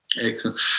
Excellent